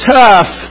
tough